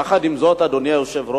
יחד עם זאת, אדוני היושב-ראש,